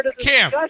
Cam